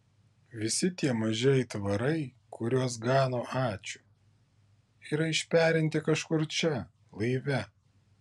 visi tie maži aitvarai kuriuos gano ačiū yra išperinti kažkur čia laive